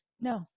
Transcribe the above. No